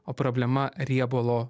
o problema riebalo